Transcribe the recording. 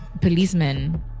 Policemen